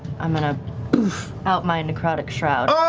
i'm going to poof out my necrotic shroud